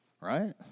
Right